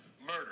Murder